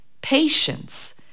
patience